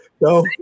no